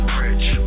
rich